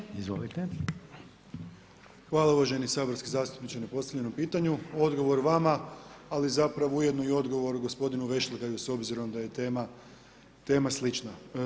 Hvala uvaženi saborski zastupniče na postavljenom pitanju, odgovor vama ali zapravo ujedno i odgovor gospodinu Vešligaju s obzirom da je tema slična.